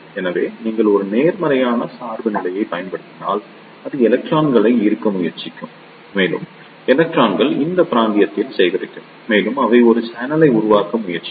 எனவே நீங்கள் ஒரு நேர்மறையான சார்புநிலையைப் பயன்படுத்தினால் அது எலக்ட்ரான்களை ஈர்க்க முயற்சிக்கும் மேலும் எலக்ட்ரான்கள் இந்த பிராந்தியத்தில் சேகரிக்கும் மேலும் அவை ஒரு சேனலை உருவாக்க முயற்சிக்கும்